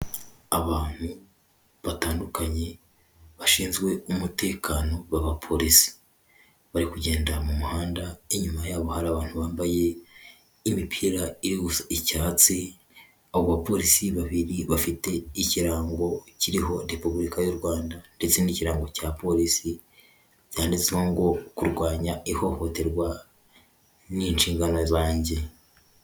Abantu batandukanye, bashinzwe umutekano b'abapolisi, bari kugenda mu muhanda, inyuma yabo hari abantu bambaye imipira iri gusa icyatsi, abo bapolisi babiri bafite ikirango kiriho Repubulika y'u Rwanda, ndetse n'ikirango cya polisi, byanditseho ngo kurwanya ihohoterwa ni inshingano zanjye.